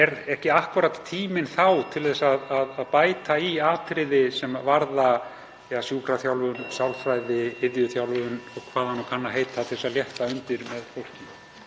Er ekki akkúrat tíminn þá til að bæta í atriði sem varða t.d. sjúkraþjálfun, sálfræðiþjónustu, iðjuþjálfun og hvað það kann að heita, til að létta undir með fólki?